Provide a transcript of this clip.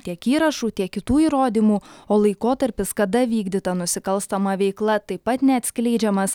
tiek įrašų tiek kitų įrodymų o laikotarpis kada vykdyta nusikalstama veikla taip pat neatskleidžiamas